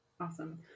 Awesome